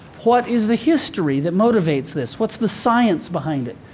what is the history that motivates this? what's the science behind it?